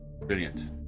brilliant